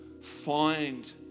Find